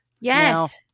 Yes